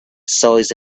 size